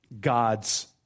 God's